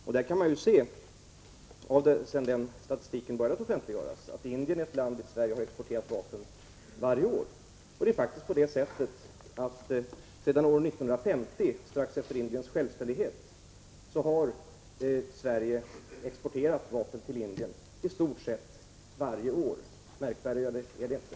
Man kan då se, sedan den statistiken började offentliggöras, att Indien är ett land till vilket Sverige har exporterat vapen varje år. Det är faktiskt så att sedan år 1950, strax efter det att Indien blev självständigt, har Sverige exporterat vapen till Indien i stort sett varje år. Märkvärdigare är det inte.